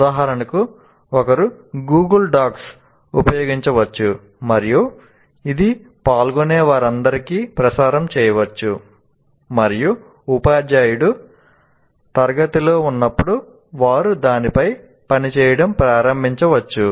ఉదాహరణకు ఒకరు Google docs ఉపయోగించవచ్చు మరియు ఇది పాల్గొనే వారందరికీ ప్రసారం చేయవచ్చు మరియు ఉపాధ్యాయుడు తరగతిలో ఉన్నప్పుడు వారు దానిపై పనిచేయడం ప్రారంభించవచ్చు